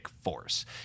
force